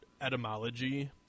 etymology